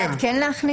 כן.